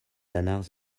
danach